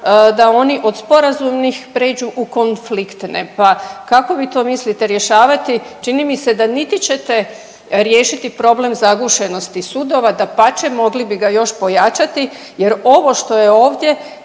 da oni od sporazumnih pređu u konfliktne, pa kako vi to mislite rješavati? Čini mi se da niti ćete riješiti problem zagušenosti sudova, dapače mogli bi ga još pojačati jer ovo što je ovdje,